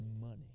money